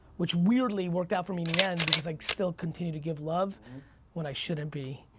which weirdly worked out for me in the end because i still continue to give love when i shouldn't be